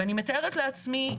ואני מתארת לעצמי,